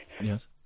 Yes